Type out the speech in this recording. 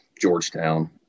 Georgetown